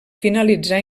finalitzà